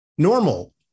normal